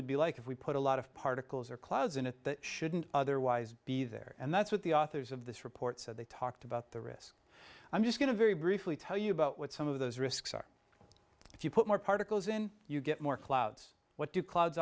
would be like if we put a lot of particles or clouds in that shouldn't otherwise be there and that's what the authors of this report said they talked about the risk i'm just going to very briefly tell you about what some of those risks are if you put more particles in you get more clouds what do cl